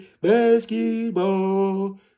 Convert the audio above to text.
basketball